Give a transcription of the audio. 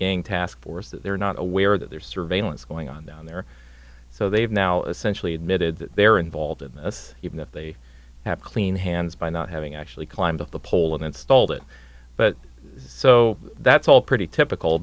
gang task force that they're not aware that there's surveillance going on down there so they've now essentially admitted that they're involved in this even if they have clean hands by not having actually climbed up the pole and installed it but so that's all pretty typical